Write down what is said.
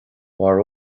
mar